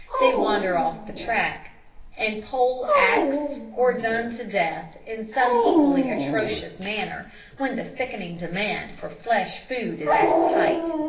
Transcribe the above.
they wander off the track and pole-axed, or done to death in some equally atrocious manner when the sickening demand for flesh food is at its height.